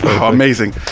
amazing